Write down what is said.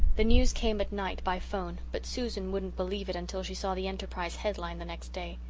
the news came at night by phone but susan wouldn't believe it until she saw the enterprise headline the next day.